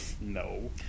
no